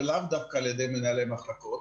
ולאו דווקא על ידי מנהלי מחלקות,